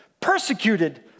persecuted